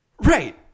Right